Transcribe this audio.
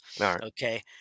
Okay